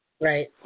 Right